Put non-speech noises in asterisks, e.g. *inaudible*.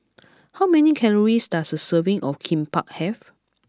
*noise* how many calories does a serving of Kimbap have